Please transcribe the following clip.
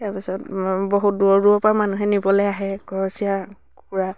তাৰ পিছত বহুত দূৰৰ দূৰৰপৰা মানুহে নিবলৈ আহে ঘৰচীয়া কুকুৰা